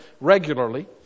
regularly